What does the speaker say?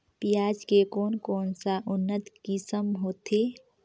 पियाज के कोन कोन सा उन्नत किसम होथे?